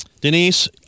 Denise